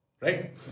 Right